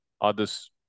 Others